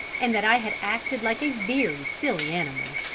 and that i had acted like a very silly animal.